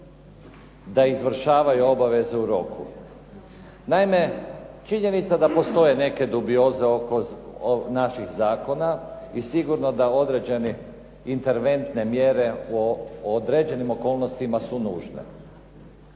da izvršavaju obavezu u roku. Naime, činjenica da postoje neke dubioze oko naših zakona i sigurno da određene interventne mjere u određenim okolnostima su nužne.